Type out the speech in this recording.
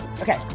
Okay